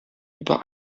über